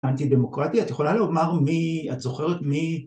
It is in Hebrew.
אנטי דמוקרטיה. את יכולה לומר מי? את זוכרת מי?